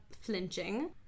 flinching